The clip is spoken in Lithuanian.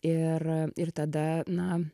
ir ir tada na